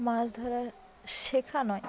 মাছ ধরা শেখা নয়